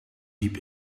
diep